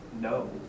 no